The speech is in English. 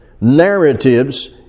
narratives